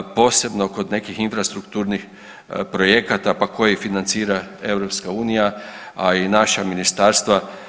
Posebno kod nekih infrastrukturnih projekata pa koje financira EU, a i naša ministarstva.